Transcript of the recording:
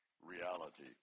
reality